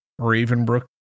Ravenbrook